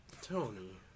Tony